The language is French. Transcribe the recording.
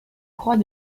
croix